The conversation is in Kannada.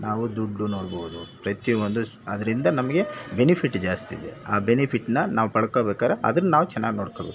ನಾವು ದುಡ್ಡು ನೋಡ್ಬೋದು ಪ್ರತಿ ಒಂದು ಸ್ ಅದರಿಂದ ನಮಗೆ ಬೆನಿಫಿಟ್ ಜಾಸ್ತಿಯಿದೆ ಆ ಬೆನಿಫಿಟ್ನ ನಾವು ಪಡ್ಕೋಬೇಕಾರೆ ಅದನ್ನು ನಾವು ಚೆನ್ನಾಗ್ ನೋಡಿಕೋಬೇಕು